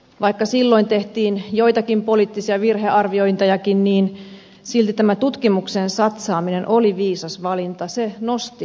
vaikka silloin tehtiin joitakin poliittisia virhearviointejakin niin silti tämä tutkimukseen satsaaminen oli viisas valinta se nosti suomen